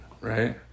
right